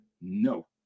No